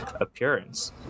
appearance